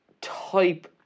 type